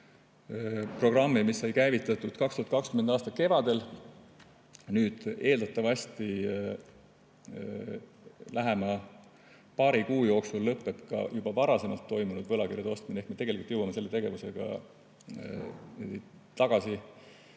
ostu programmi, mis sai käivitatud 2020. aasta kevadel. Eeldatavasti lähima paari kuu jooksul lõpeb ka juba varasemalt toimunud võlakirjade ostmine ehk me jõuame selle tegevusega tagasi